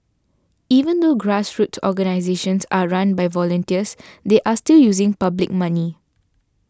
even though grassroots organisations are run by volunteers they are still using public money